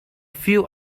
few